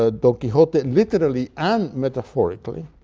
ah don quixote, literally and metaphorically,